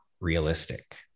realistic